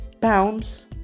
pounds